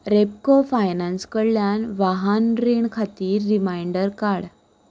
Repco finance कडल्यान वाहन रीण खातीर रिमांयडर काड